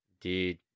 Dude